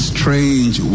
Strange